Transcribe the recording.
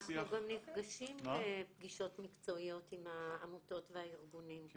אנחנו גם נפגשים בפגישות מקצועיות עם העמותות והארגונים,